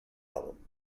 album